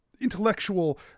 Intellectual